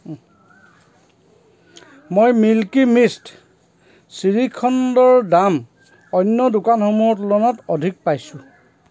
মই মিল্কী মিষ্ট শ্ৰীখণ্ডৰ দাম অন্য দোকানসমূহৰ তুলনাত অধিক পাইছোঁ